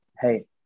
hey